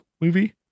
movie